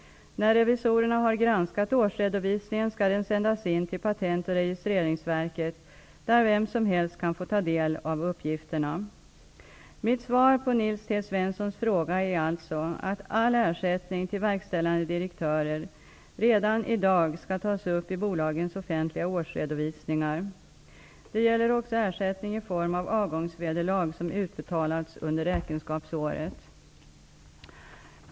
När revisorerna har granskat årsredovisningen skall den sändas in till Patent och registreringsverket, där vem som helst kan få ta del av uppgifterna. Mitt svar på Nils T Svenssons fråga är alltså att all ersättning till verkställande direktörer redan i dag skall tas upp i bolagens offentliga årsredovisningar. Det gäller också ersättning i form av avgångsvederlag som utbetalats under räkenskapsåret.